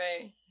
Right